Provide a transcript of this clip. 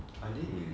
I think you